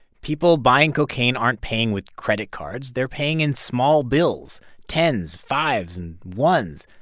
people buying cocaine aren't paying with credit cards. they're paying in small bills ten s, fives and ones.